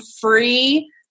free